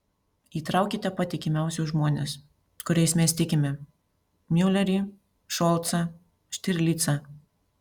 įtraukite patikimiausius žmones kuriais mes tikime miulerį šolcą štirlicą